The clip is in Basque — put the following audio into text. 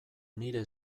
nire